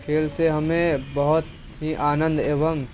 खेल से हमें बहुत ही आनंद एवं